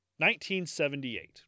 1978